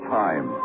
time